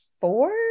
four